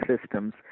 systems